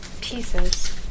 pieces